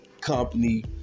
company